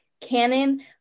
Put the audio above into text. canon